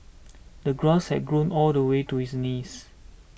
the grass had grown all the way to his knees